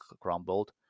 crumbled